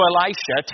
Elisha